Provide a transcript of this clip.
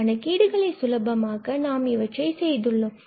கணக்கீடுகளை சுலபமாக்க நாம் இவற்றை செய்துள்ளோம்